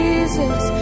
Jesus